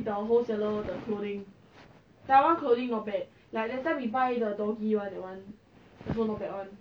why you so mean